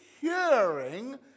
hearing